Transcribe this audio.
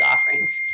offerings